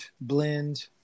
blend